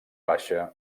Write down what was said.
baixa